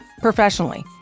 professionally